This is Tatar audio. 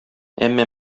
әмма